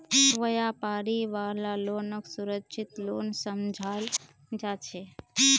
व्यापारी वाला लोनक सुरक्षित लोन समझाल जा छे